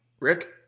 Rick